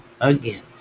Again